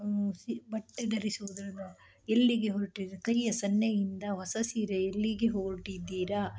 C ಬಟ್ಟೆ ಧರಿಸುವುದರ ಎಲ್ಲಿಗೆ ಹೊರಟಿ ಕೈಯ ಸನ್ನೆಯಿಂದ ಹೊಸ ಸೀರೆ ಎಲ್ಲಿಗೆ ಹೊರಟಿದ್ದೀರಾ